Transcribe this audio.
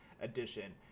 edition